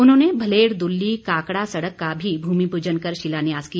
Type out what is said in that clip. उन्होंने भलेड़ दुल्ली काकड़ा सड़क का भी भ्रमिप्जन कर शिलान्यास किया